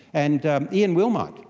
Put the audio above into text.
and um ian wilmut,